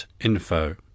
info